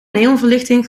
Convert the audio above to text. neonverlichting